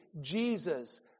Jesus